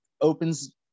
opens